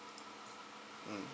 mm